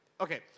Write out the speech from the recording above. Okay